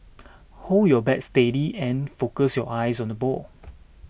hold your bat steady and focus your eyes on the ball